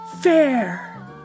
Fair